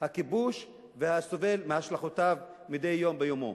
הכיבוש והסובל מהשלכותיו מדי יום ביומו.